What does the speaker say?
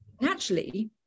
Naturally